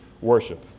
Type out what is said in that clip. Worship